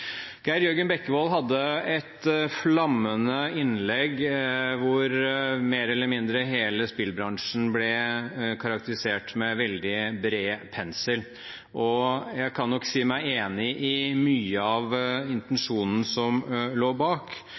Geir Jørgen Bekkevold hadde et flammende innlegg hvor mer eller mindre hele spillbransjen ble karakterisert med veldig bred pensel, og jeg kan nok si meg enig i mye av intensjonen som lå bak.